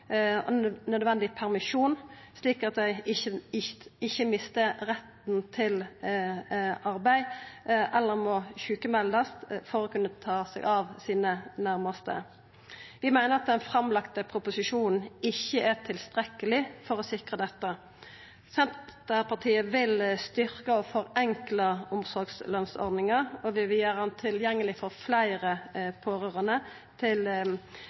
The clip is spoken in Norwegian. nødvendig permisjon, slik at dei ikkje mistar retten til arbeid eller må sjukmeldast for å kunna ta seg av sine nærmaste. Vi meiner at den framlagde proposisjonen ikkje er tilstrekkeleg for å sikra dette. Senterpartiet vil styrkja og forenkla omsorgslønsordninga, og vi vil gjera ho tilgjengeleg for fleire pårørande.